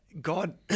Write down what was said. God